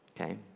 okay